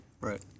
Right